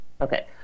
Okay